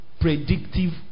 predictive